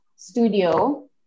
studio